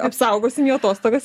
apsaugosim jo atostogas